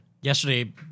Yesterday